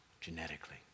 Genetically